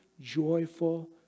joyful